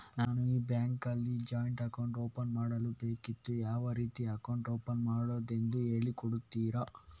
ನನಗೆ ಈ ಬ್ಯಾಂಕ್ ಅಲ್ಲಿ ಜಾಯಿಂಟ್ ಅಕೌಂಟ್ ಓಪನ್ ಮಾಡಲು ಬೇಕಿತ್ತು, ಯಾವ ರೀತಿ ಅಕೌಂಟ್ ಓಪನ್ ಮಾಡುದೆಂದು ಹೇಳಿ ಕೊಡುತ್ತೀರಾ?